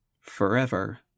Forever